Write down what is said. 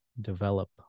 develop